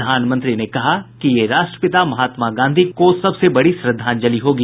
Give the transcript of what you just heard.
प्रधानमंत्री ने कहा कि ये राष्ट्रपिता महात्मा गांधी को सबसे बड़ी श्रद्धांजलि होगी